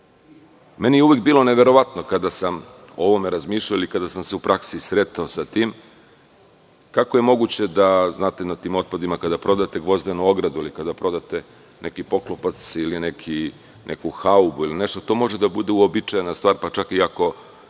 je uvek bilo neverovatno kada sam o ovome razmišljao ili kada sam se u praksi sretao sa tim, kako je moguće na tim otpadima kada prodate gvozdenu ogradu ili kada prodate neki poklopac, ili neku haubu ili nešto, to može da bude uobičajena stvar, pa čak i ako